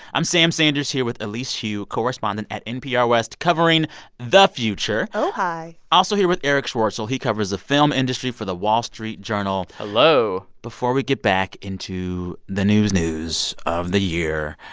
i'm sam sanders, here with elise hu, correspondent at npr west, covering the future oh, hi also here with eric schwartzel. he covers the film industry for the wall street journal hello before we get back into the news-news of the year,